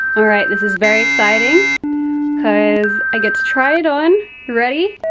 all right. this is very exciting cause i get to try it on. ready?